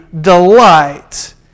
delight